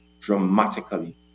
dramatically